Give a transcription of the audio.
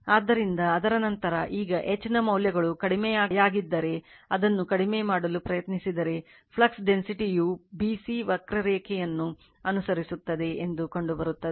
ಆದ್ದರಿಂದ ಅದರ ನಂತರ ಈಗ H ನ ಮೌಲ್ಯಗಳು ಕಡಿಮೆಯಾಗಿದ್ದರೆ ಅದನ್ನು ಕಡಿಮೆ ಮಾಡಲು ಪ್ರಯತ್ನಿಸಿದರೆ flux density ಯು b c ವಕ್ರರೇಖೆಯನ್ನು ಅನುಸರಿಸುತ್ತದೆ ಎಂದು ಕಂಡುಬರುತ್ತದೆ